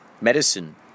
medicine